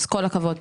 כל הכבוד.